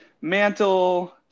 mantle